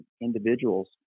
individuals